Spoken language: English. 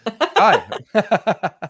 Hi